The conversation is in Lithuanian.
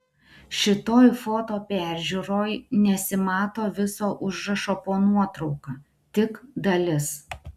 šitoj foto peržiūroj nesimato viso užrašo po nuotrauka tik dalis